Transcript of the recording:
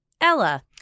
Ella